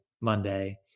Monday